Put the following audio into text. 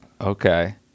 okay